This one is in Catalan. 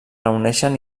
reuneixen